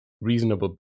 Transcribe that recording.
reasonable